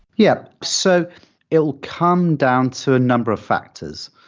yeah. so it will come down to a number of factors,